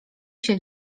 się